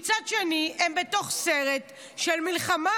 מצד שני הם בתוך סרט של מלחמה?